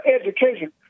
education